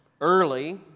early